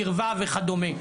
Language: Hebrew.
קירבה וכדומה?